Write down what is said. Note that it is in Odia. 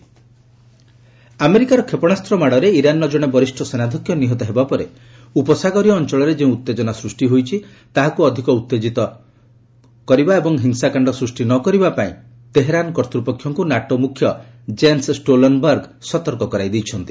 ନାଟୋ ଇରାନ୍ ଆମେରିକାର କ୍ଷେପଣାସ୍ତ୍ର ମାଡ଼ରେ ଇରାନ୍ର ଜଣେ ବରିଷ୍ଣ ସେନାଧ୍ୟକ୍ଷ ନିହତ ହେବା ପରେ ଉପସାଗରୀୟ ଅଞ୍ଚଳରେ ଯେଉଁ ଉତ୍ତେଜନା ସୂଷ୍ଟି ହୋଇଛି ତାହାକୁ ଅଧିକ ଉଉତ୍ତେଜିତ କରିବା ଏବଂ ହିଂସାକାଣ୍ଡ ସୃଷ୍ଟି ନ କରିବା ପାଇଁ ତେହେରାନ କର୍ତ୍ତୃପକ୍ଷଙ୍କୁ ନାଟୋ ମୁଖ୍ୟ ଜେନ୍ନ ଷ୍ଟୋଲଟନବର୍ଗ ସତର୍କ କରାଇ ଦେଇଛନ୍ତି